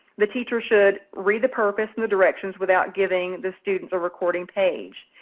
the teacher should read the purpose and the directions without giving the students a recording page.